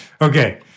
Okay